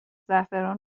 زعفران